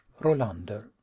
Rolander